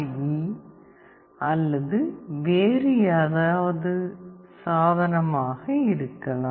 ஈ அல்லது வேறு ஏதாவது சாதனம் ஆக இருக்கலாம்